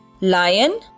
Lion